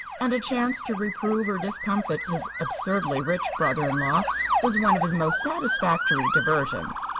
and a chance to reprove or discomfit his absurdly rich brother-in-law was one of his most satisfactory diversions.